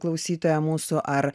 klausytoją mūsų ar